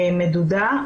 מדודה.